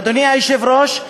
אדוני היושב-ראש,